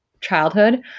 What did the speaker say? childhood